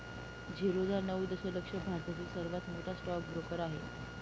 झिरोधा नऊ दशलक्ष भारतातील सर्वात मोठा स्टॉक ब्रोकर आहे